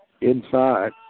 inside